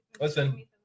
Listen